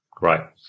Right